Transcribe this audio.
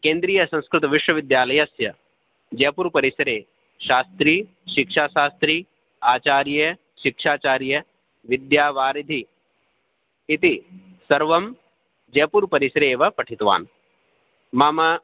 केन्द्रियसंस्कृतविश्वविद्यालयस्य जय्पूर् परिसरे शास्त्री शिक्षाशास्त्री आचार्यः शिक्षाचार्यः विद्यावारिधिः इति सर्वं जयपूर् परिसरे एव पठितवान् मम